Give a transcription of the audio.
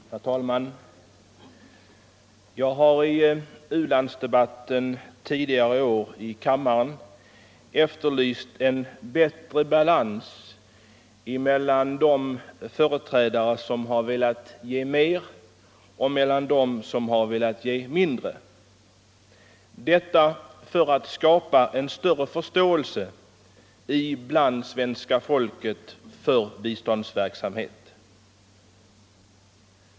Herr talman! Jag har i u-landsdebatten tidigare i år i kammaren efterlyst en bättre balans mellan dem som velat ge mer och dem som velat ge mindre — detta för att skapa en större förståelse hos svenska folket för biståndsverksamhet.